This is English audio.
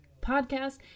podcast